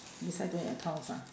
beside doing accounts ah